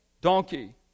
donkey